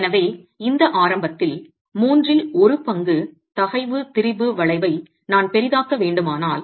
எனவே இந்த ஆரம்பத்தில் மூன்றில் ஒரு பங்கு தகைவு திரிபு வளைவை நான் பெரிதாக்க வேண்டுமானால்